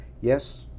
yes